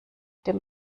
dem